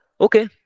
Okay